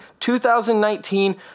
2019